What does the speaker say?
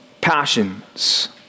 passions